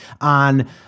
on